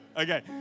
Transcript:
Okay